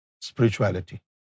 spirituality